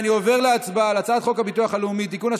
אני עובר להצבעה על הצעת חוק הביטוח הלאומי (תיקון,